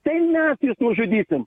tai mes jus nužudysim